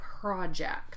project